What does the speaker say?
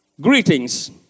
greetings